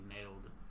nailed